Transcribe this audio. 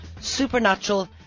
supernatural